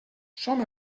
som